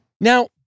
Now